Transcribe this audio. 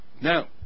Now